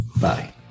Bye